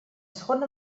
segona